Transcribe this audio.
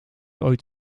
ooit